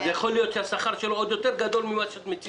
אז יכול להיות שהשכר שלו עוד גבוה יותר ממה שאת מציגה כאן.